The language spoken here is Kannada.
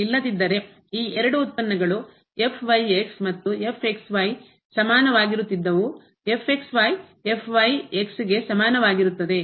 ಇಲ್ಲದಿದ್ದರೆ ಈ ಎರಡು ಉತ್ಪನ್ನಗಳು ಮತ್ತು ಸಮಾನವಾಗಿರುತ್ತಿದ್ದವು ಗೆ ಸಮಾನವಾಗಿರುತ್ತದೆ